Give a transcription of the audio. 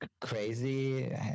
crazy